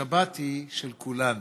השבת היא של כולנו.